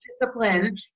discipline